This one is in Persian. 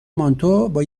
مانتو، با